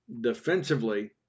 Defensively